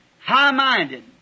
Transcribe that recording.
High-minded